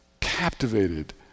captivated